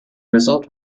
result